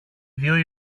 δυο